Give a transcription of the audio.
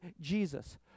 Jesus